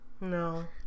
No